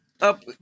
Up